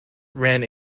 ran